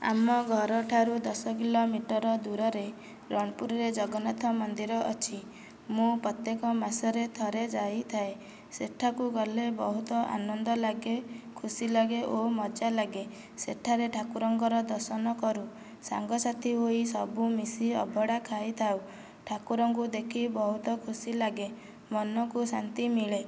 ଆମ ଘରଠାରୁ ଦଶ କିଲୋମିଟର ଦୂରରେ ରଣପୁରରେ ଜଗନ୍ନାଥ ମନ୍ଦିର ଅଛି ମୁଁ ପ୍ରତ୍ୟକ ମାସରେ ଥରେ ଯାଇଥାଏ ସେଠାକୁ ଗଲେ ବହୁତ ଆନନ୍ଦ ଲାଗେ ଖୁସି ଲାଗେ ଓ ମଜା ଲାଗେ ସେଠାରେ ଠାକୁରଙ୍କର ଦର୍ଶନ କରୁ ସାଙ୍ଗ ସାଥି ହୋଇ ସବୁ ମିଶି ଅବଢ଼ା ଖାଇଥାଉ ଠାକୁରଙ୍କୁ ଦେଖି ବହୁତ ଖୁସି ଲାଗେ ମନକୁ ଶାନ୍ତି ମିଳେ